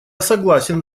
согласен